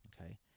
okay